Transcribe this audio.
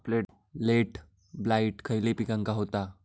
Late blight खयले पिकांका होता?